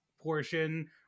portion